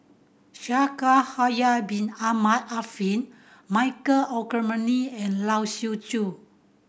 Shaikh Yahya Bin Ahmed Afifi Michael Olcomendy and Lai Siu Chiu